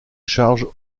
charge